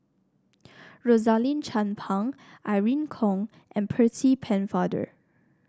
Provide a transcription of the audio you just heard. Rosaline Chan Pang Irene Khong and Percy Pennefather